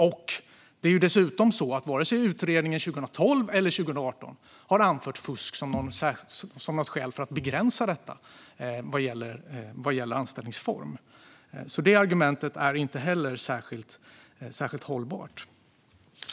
Och varken utredningen 2012 eller utredningen 2018 har anfört fusk som ett skäl att begränsa detta vad gäller anställningsform. Det argumentet är alltså inte heller särskilt hållbart.